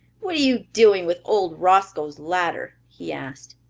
what are you doing with old roscoe's ladder? he asked.